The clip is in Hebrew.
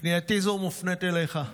פנייתי מופנית אליך.